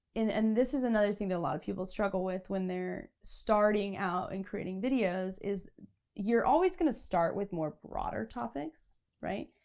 and and this is another thing that a lot of people struggle with when they're starting out and creating videos, is you're always gonna start with more broader topics, right,